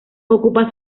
ocupa